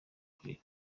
kurera